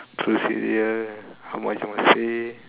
procedure how much you must pay